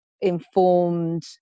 informed